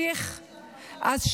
ואם אתה מתכוון להמשיך, אז שידע